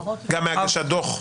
גם מהגשת דו"ח?